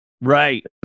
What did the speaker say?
right